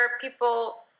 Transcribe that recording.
people